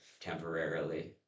temporarily